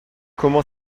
comment